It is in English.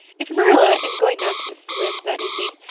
if marilla, in going down to mrs. lynde's that evening,